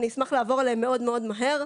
אני אשמח לעבור עליהם מאוד מאוד מהר.